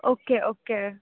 okay okay